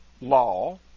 law